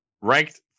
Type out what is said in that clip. Ranked